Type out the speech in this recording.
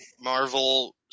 Marvel